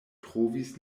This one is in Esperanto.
trovis